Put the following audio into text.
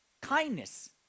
Kindness